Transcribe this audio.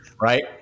Right